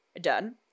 done